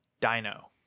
Dino